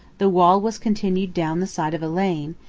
the wall was continued down the side of a lane,